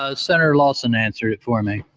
ah senator lawson answered it for me.